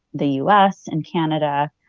the u s. and canada?